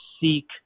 seek